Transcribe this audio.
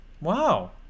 wow